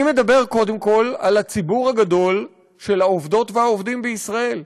אני מדבר קודם כול על הציבור הגדול של העובדות והעובדים בישראל.